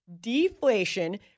deflation